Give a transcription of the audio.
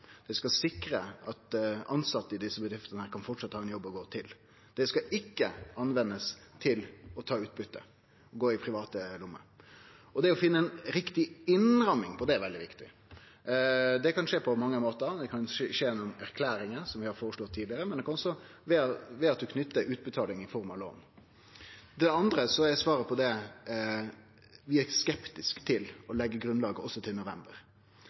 Dei skal sikre at tilsette i desse bedriftene framleis kan ha ein jobb å gå til. Dei skal ikkje brukast til å ta utbyte, dvs. gå i private lommer. Det å finne ei riktig innramming på det er veldig viktig. Det kan skje på mange måtar. Det kan skje gjennom erklæringar, som vi har føreslått tidlegare, men også ved at utbetalingane skjer i form av lån. Til det andre er svaret på det at vi er skeptiske til å leggje grunnlaget også til november.